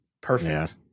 Perfect